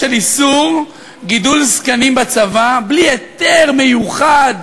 של איסור גידול זקנים בצבא בלי היתר מיוחד,